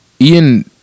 Ian